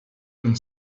and